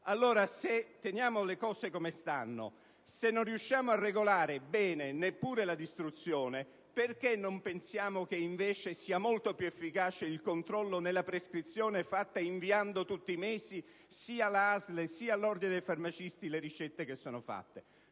Allora, se si lasciano le cose come stanno e non si riesce a regolare bene neppure la distruzione, perché non si pensa invece che sia molto più efficace il controllo nella prescrizione fatta inviando tutti i mesi, sia alla ASL, sia all'Ordine dei farmacisti, le ricette che sono